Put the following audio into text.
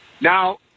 Now